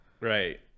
Right